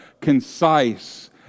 concise